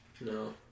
no